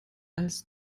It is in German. als